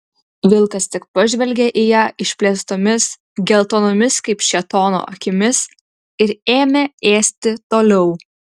vilkas tik pažvelgė į ją išplėstomis geltonomis kaip šėtono akimis ir ėmė ėsti toliau